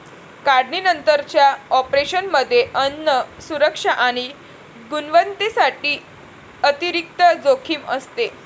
काढणीनंतरच्या ऑपरेशनमध्ये अन्न सुरक्षा आणि गुणवत्तेसाठी अतिरिक्त जोखीम असते